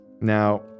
Now